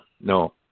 no